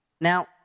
Now